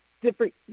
different